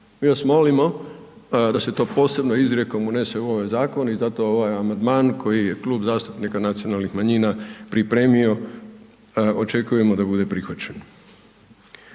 Mi vas molimo da se to posebno izrijekom unese u ovaj zakon i zato ovaj amandman koji je Klub zastupnika nacionalnih manjina pripremio, očekujemo da bude prihvaćen.